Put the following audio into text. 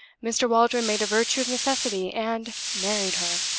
mr. waldron made a virtue of necessity, and married her.